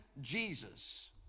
Jesus